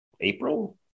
April